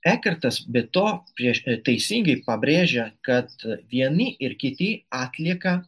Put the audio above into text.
ekertas be to prieš teisingai pabrėžia kad vieni ir kiti atlieka